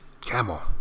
Camel